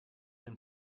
dem